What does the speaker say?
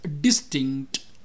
distinct